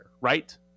right